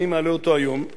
ותהיה עליו הצבעה,